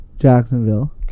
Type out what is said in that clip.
Jacksonville